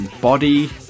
body